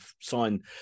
sign